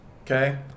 okay